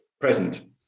present